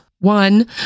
One